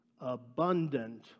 abundant